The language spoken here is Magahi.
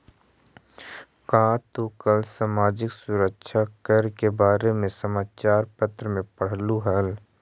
का तू कल सामाजिक सुरक्षा कर के बारे में समाचार में पढ़लू हल